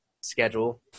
schedule